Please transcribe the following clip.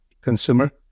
consumer